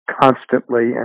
constantly